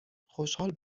خوشحال